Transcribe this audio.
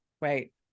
wait